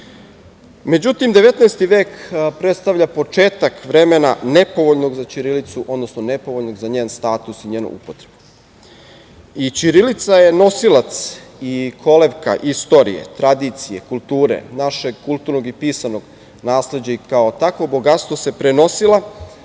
Krakovu.Međutim, 19. vek predstavlja početak vremena nepovoljnog za ćirilicu, odnosno nepovoljnog za njen status i njenu upotrebu. Ćirilica je nosilac i kolevka istorije, tradicije, kulture, našeg kulturnog i pisanog nasleđa i kao takvo bogatstvo se prenosila